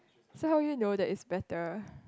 so how you know that is better